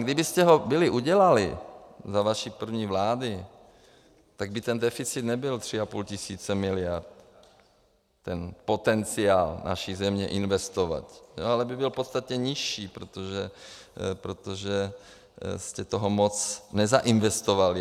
Kdybyste ho byli udělali za vaší první vlády, tak by ten deficit nebyl 3,5 tisíce miliard, ten potenciál naší země investovat, ale byl by podstatně nižší, protože jste toho moc nezainvestovali.